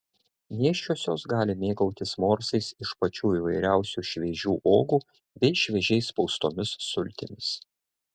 nėščiosios gali mėgautis morsais iš pačių įvairiausių šviežių uogų bei šviežiai spaustomis sultimis